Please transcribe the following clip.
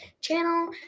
channel